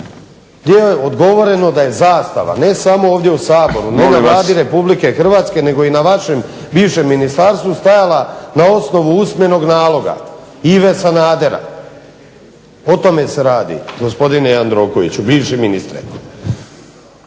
Boris (SDP)** Molim vas. **Vinković, Zoran (HDSSB)** Ne na Vladi Republike Hrvatske nego i na vašem bivšem ministarstvu stajala na osnovu usmenog naloga Ive Sanadera. O tome se radi gospodine Jandrokoviću, bivši ministre.